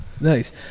Nice